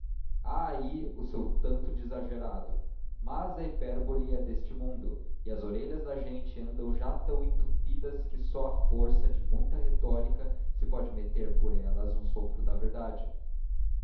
aí o seu tanto de exagerado mas a hipérbole é deste mundo e as orelhas da gente andam já tão entupidas que só à força de muita retórica se pode meter por elas um sopro de verdade